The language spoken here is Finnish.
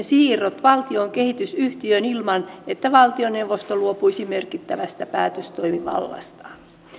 siirrot valtion kehitysyhtiöön ilman että valtioneuvosto luopuisi merkittävästä päätöstoimivallastaan